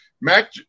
Mac